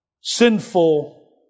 sinful